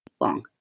long